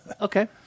Okay